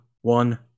One